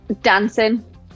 dancing